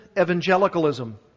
Evangelicalism